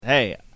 Hey